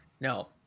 No